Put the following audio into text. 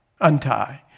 untie